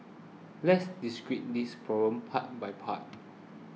let's discreet this prom part by part